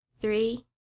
three